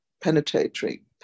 penetrating